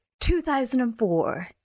2004